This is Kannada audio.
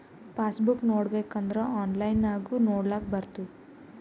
ಪಾಸ್ ಬುಕ್ ನೋಡ್ಬೇಕ್ ಅಂದುರ್ ಆನ್ಲೈನ್ ನಾಗು ನೊಡ್ಲಾಕ್ ಬರ್ತುದ್